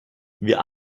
wir